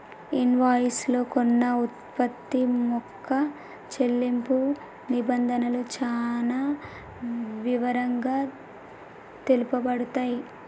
invoice లో కొన్న వుత్పత్తి యొక్క చెల్లింపు నిబంధనలు చానా వివరంగా తెలుపబడతయ్